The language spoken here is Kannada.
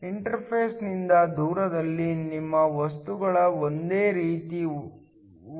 ಇಂಟರ್ಫೇಸ್ನಿಂದ ದೂರದಲ್ಲಿ ನಿಮ್ಮ ವಸ್ತುಗಳು ಒಂದೇ ರೀತಿ ವರ್ತಿಸುತ್ತವೆ